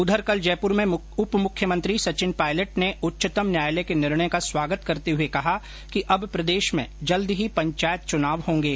उधर कल जयपुर में उपमुख्यमंत्री सचिन पायलट ने उच्चतम न्यायालय के निर्णय का स्वागत करते हुए कहा कि अब प्रदेश में जल्द ही पंचायत चुनाव होंगे